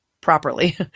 properly